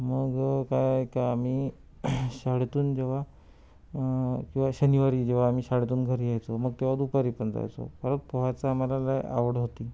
मग काय तर आम्ही शाळेतून जेव्हा किंवा शनिवारी जेव्हा आम्ही शाळेतून घरी यायचो मग तेव्हा दुपारी पण जायचो परत पोहायचा आम्हाला लई आवड होती